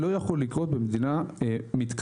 לא יכול לקרות במדינה מתקדמת.